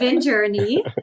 journey